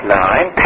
nine